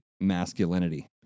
masculinity